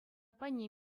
пайне